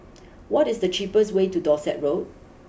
what is the cheapest way to Dorset Road